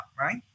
right